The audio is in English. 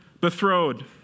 betrothed